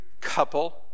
couple